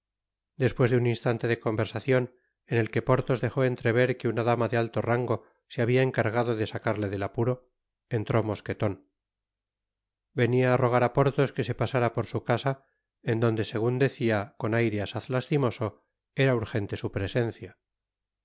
despues de un instante de conversacion en el que porthos dejó entrever que una dama de alio rango se habia encargado de sacarle del apuro entró mosqueton venia á rogar á porthos que se pasára por su casa en donde segun decia con aire asaz lastimoso era urjente su presencia